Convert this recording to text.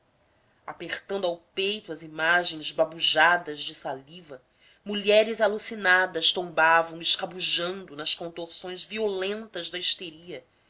apertando ao peito as imagens babujadas de saliva mulheres alucinadas tombavam escabujando nas contorções violentas da histeria